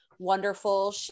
wonderful